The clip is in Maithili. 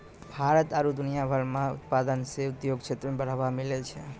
भारत आरु दुनिया भर मह उत्पादन से उद्योग क्षेत्र मे बढ़ावा मिलै छै